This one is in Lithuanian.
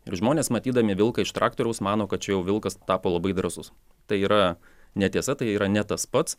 ir žmonės matydami vilką iš traktoriaus mano kad čia jau vilkas tapo labai drąsus tai yra netiesa tai yra ne tas pats